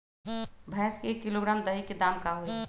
भैस के एक किलोग्राम दही के दाम का होई?